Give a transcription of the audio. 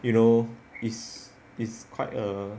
you know it's it's quite a